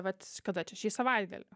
vat kada čia šį savaitgalį